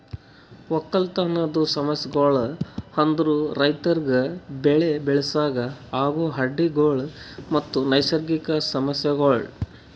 ಒಕ್ಕಲತನದ್ ಸಮಸ್ಯಗೊಳ್ ಅಂದುರ್ ರೈತುರಿಗ್ ಬೆಳಿ ಬೆಳಸಾಗ್ ಆಗೋ ಅಡ್ಡಿ ಗೊಳ್ ಮತ್ತ ನೈಸರ್ಗಿಕ ಸಮಸ್ಯಗೊಳ್